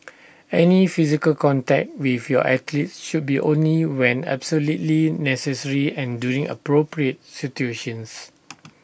any physical contact with your athletes should be only when absolutely necessary and during appropriate situations